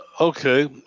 Okay